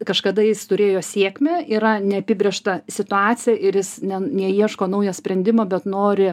kažkada jis turėjo sėkmę yra neapibrėžta situacija ir jis ne neieško naujo sprendimo bet nori